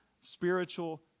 spiritual